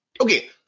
Okay